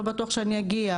לא בטוח שאני אגיע,